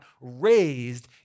raised